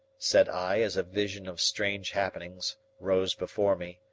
said i as a vision of strange happenings rose before me.